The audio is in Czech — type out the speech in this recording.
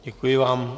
Děkuji vám.